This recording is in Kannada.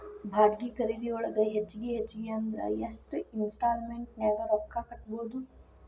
ಬಾಡ್ಗಿ ಖರಿದಿಯೊಳಗ ಹೆಚ್ಗಿ ಹೆಚ್ಗಿ ಅಂದ್ರ ಯೆಷ್ಟ್ ಇನ್ಸ್ಟಾಲ್ಮೆನ್ಟ್ ನ್ಯಾಗ್ ರೊಕ್ಕಾ ಕಟ್ಬೊದು?